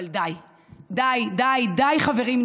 אבל די, די, די, חברים.